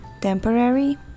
temporary